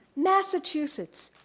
massachusetts,